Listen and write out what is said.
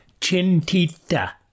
Chintita